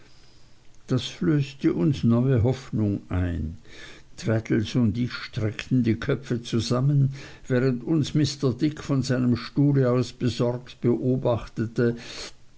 das flößte uns neue hoffnung ein traddles und ich steckten die köpfe zusammen während uns mr dick von seinem stuhle aus besorgt beobachtete